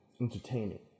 entertaining